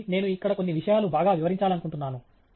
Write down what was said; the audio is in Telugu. కాబట్టి నేను ఇక్కడ కొన్ని విషయాలు బాగా వివరించాలనుకుంటున్నాను